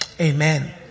Amen